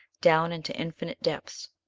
down into infinite depths.